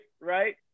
right